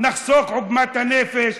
נחסוך עוגמת נפש,